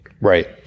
Right